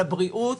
לבריאות,